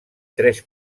tres